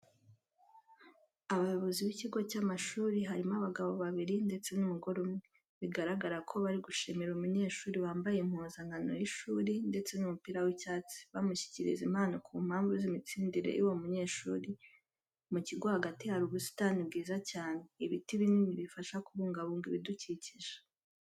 Abayobozi b'ikigo cy'amashuri harimo abagabo babiri ndetse n'umugore umwe, bigaragara ko bari gushimira umunyeshuri wambaye impuzankano y'ishuri ndetse n'umupira w'icyatsi, bamushyikiriza impano ku mpamvu z'imitsindire y'uwo munyeshuri, mu kigo hagati hari ubusitani bwiza cyane, ibiti binini bifasha kubungabunga ibidukikije.